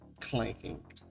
clanking